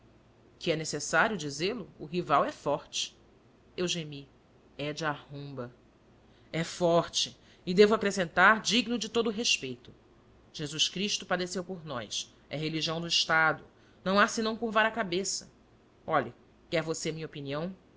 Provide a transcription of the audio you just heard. que é necessário dizê-lo o rival é forte eu gemi e de arromba e forte e devo acrescentar digno de todo o respeito jesus cristo padeceu por nós é religião do estado não há senão curvar a cabeça olhe quer você a minha opinião